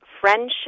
friendship